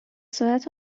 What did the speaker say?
ساعت